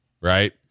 right